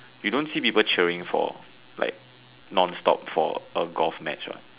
we don't see people cheering for like non stop for a golf match what